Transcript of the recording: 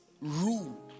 Rule